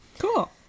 Cool